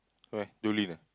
where